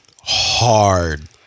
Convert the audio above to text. hard